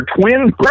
twin